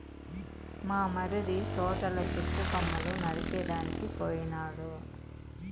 మా మరిది తోటల చెట్టు కొమ్మలు నరికేదానికి పోయినాడు